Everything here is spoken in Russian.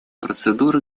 процедуры